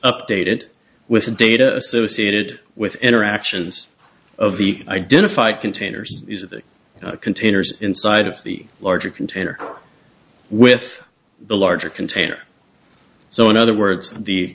updated with the data associated with interactions of the identified containers of containers inside of the larger container with the larger container so in other words the